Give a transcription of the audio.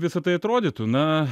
visa tai atrodytų na